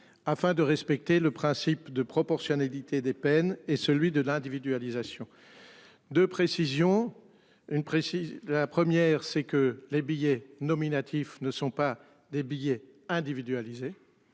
Afin de respecter le principe de proportionnalité des peines et celui de l'individualisation. De précision. Une précise, la première c'est que les billets nominatifs ne sont pas des billets individualisé.